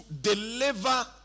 deliver